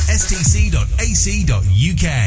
stc.ac.uk